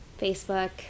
Facebook